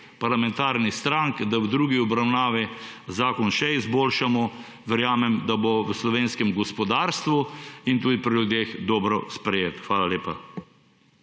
parlamentarnih strank, da v drugi obravnavi zakon še izboljšamo. Verjamem, da bo v slovenskem gospodarstvu in tudi pri ljudeh dobro sprejet. Hvala lepa.